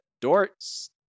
Dort's